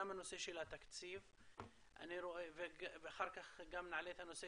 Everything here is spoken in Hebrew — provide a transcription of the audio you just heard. גם הנושא של התקציב ואחר כך גם נעלה את הנושא